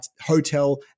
hotel